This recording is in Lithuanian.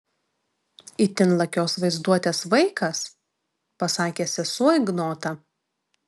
itin lakios vaizduotės vaikas pasakė sesuo ignotą